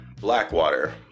Blackwater